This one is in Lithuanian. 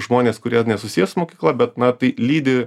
žmonės kurie nesusiję su mokykla bet na tai lydi